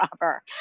robber